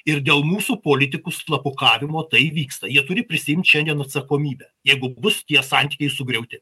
ir dėl mūsų politikų slapukavimo tai vyksta jie turi prisiimt šiandien atsakomybę jeigu bus tie santykiai sugriauti